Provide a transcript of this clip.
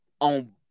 on